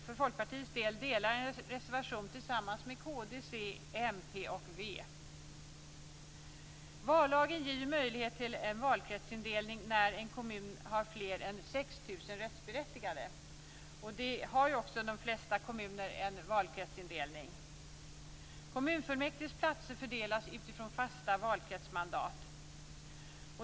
För Folkpartiets del delar jag en reservation tillsammans med kd, c, mp och v. Vallagen ger ju möjlighet till valkretsindelning när en kommun har fler än 6 000 röstberättigade. De flesta kommuner har en valkretsindelning. Kommunfullmäktiges platser fördelas utifrån fasta valkretsmandat.